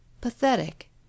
Pathetic